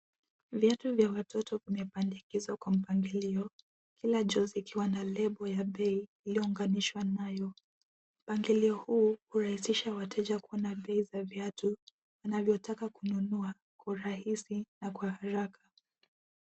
Viatu vya watoto vimepandikizwa kwa mpangilio kila jozi ikiwa na lebo ya bei iliyounganishwa nayo. Mpangilio huu hurahisisha wateja kuona bei za viatu wanavyotaka kununua kwa urahisi na kwa haraka.